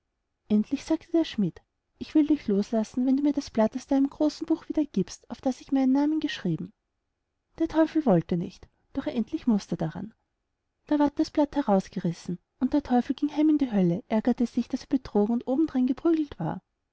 endlich sagte der schmid ich will dich loslassen wenn du mir das blatt aus deinem großen buch wieder giebst auf das ich meinen namen geschrieben der teufel wollte nicht doch endlich mußt er daran da ward das blatt herausgerissen und der teufel ging heim in die hölle ärgerte sich daß er betrogen und obendrein geprügelt war